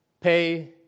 pay